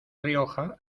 rioja